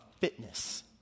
fitness